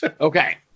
Okay